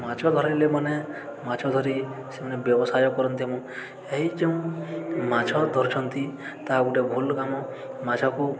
ମାଛ ଧରାଲୀମାନେେ ମାଛ ଧରି ସେମାନେ ବ୍ୟବସାୟ କରନ୍ତି ଏଇ ଯେଉଁ ମାଛ ଧରୁଛନ୍ତି ତାହା ଗୋଟେ ଭୁଲ୍ କାମ ମାଛକୁ